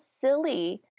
silly